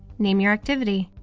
name your activity.